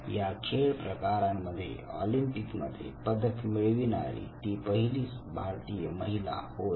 या खेळ प्रकारांमध्ये ऑलिंपिक मध्ये पदक मिळविणारी ती पहिलीच भारतीय महिला होय